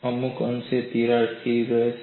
અમુક અંશે તિરાડ સ્થિર રહેશે